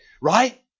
right